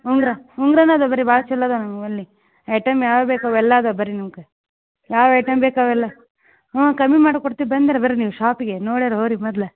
ಉಂಗುರ ಉಂಗುರನು ಅದಾವೆ ಬರ್ರೀ ಭಾಳ ಛಲೋ ಅದಾವೆ ನಮ್ಮಲ್ಲಿ ಐಟೆಮ್ ಯಾವ ಬೇಕು ಅವೆಲ್ಲ ಅದಾವೆ ಬರ್ರಿ ನಿಮ್ಗೆ ಯಾವ ಐಟಮ್ ಬೇಕು ಅವೆಲ್ಲ ಹ್ಞೂ ಕಮ್ಮಿ ಮಾಡಿ ಕೊಡ್ತೀವಿ ಬಂದರೆ ಬರ್ರಿ ನೀವು ಶಾಪಿಗೆ ನೋಡಾರ ಹೋಗ್ರಿ ಮೊದ್ಲು